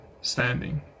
standing